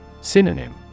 Synonym